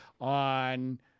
on